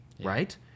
right